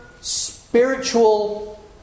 spiritual